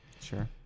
sure